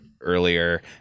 earlier